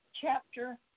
Chapter